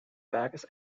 berges